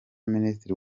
minisitiri